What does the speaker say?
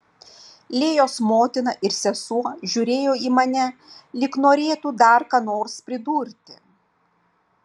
lėjos motina ir sesuo žiūrėjo į mane lyg norėtų dar ką nors pridurti